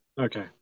okay